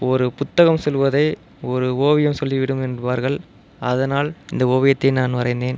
ஒரு புத்தகம் சொல்வதை ஒரு ஓவியம் சொல்லிவிடும் என்பார்கள் அதனால் இந்த ஓவியத்தை நான் வரைந்தேன்